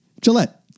Gillette